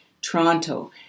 Toronto